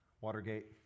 Watergate